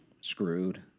screwed